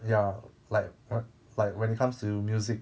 ya like lik~ like when it comes to music